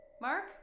Mark